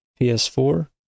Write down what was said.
PS4